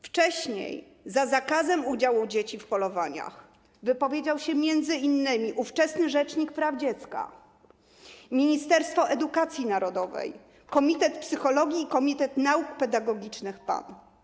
Wcześniej za zakazem udziału dzieci w polowaniach wypowiedzieli się m.in. ówczesny rzecznik praw dziecka, Ministerstwo Edukacji Narodowej, Komitet Psychologii i Komitet Nauk Pedagogicznych PAN.